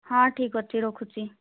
ହଁ ଠିକ୍ ଅଛି ରଖୁଛି